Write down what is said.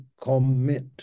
commit